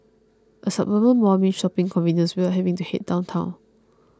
a suburban mall means shopping convenience without having to head downtown